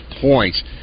points